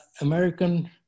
American